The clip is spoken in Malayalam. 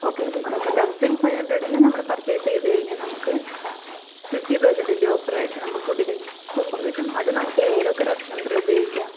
ഓക്കെ ഓകെ അപ്പോൾ തൌസൻഡ് ഫൈവ് ഹൺഡ്രഡിന് നമ്മൾ പർച്ചെയ്സ് ചെയ്ത് കഴിഞ്ഞാൽ നമുക്ക് ഫിഫ്റ്റി പേർസെൻറ്റേജ് ഓഫർ ആയിട്ട് നമുക്ക് ഫുഡിന് കൂപ്പൺ കിട്ടും അത് നമുക്ക് ഏതൊക്കെ റെസ്റ്റോറൻറ്റിൽ ഉപയോഗിക്കാം